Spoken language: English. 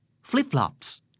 Flip-flops